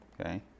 Okay